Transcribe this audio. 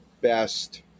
best